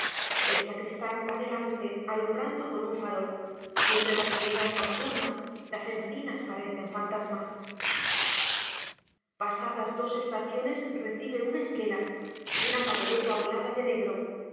el sacristán va delante alumbrando con un farol y entre la oscuridad nocturna las encinas parecen fantasmas pasadas dos estaciones recibe una esquela una papeleta orlada de negro